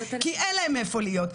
כי אין להם איפה להיות.